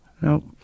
Nope